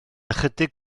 ychydig